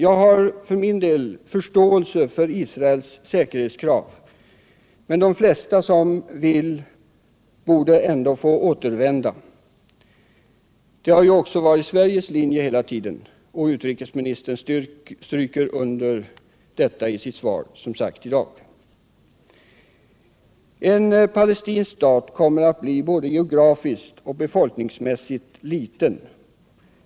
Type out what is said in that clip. Jag har för min del förståelse för Israels säkerhetskrav men de flesta som vill borde ändå få återvända. Det har ju också varit Sveriges linje, och utrikesministern stryker som sagt under detta i sitt svar i dag. En palestinsk stat kommer att bli både geografiskt och befolkningsmässigt liten.